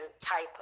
type